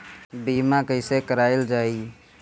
बीमा कैसे कराएल जाइ?